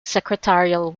secretarial